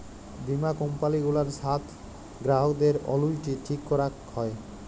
বীমা কম্পালি গুলার সাথ গ্রাহকদের অলুইটি ঠিক ক্যরাক হ্যয়